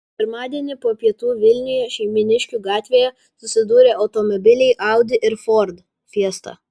pirmadienį po pietų vilniuje šeimyniškių gatvėje susidūrė automobiliai audi ir ford fiesta